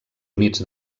units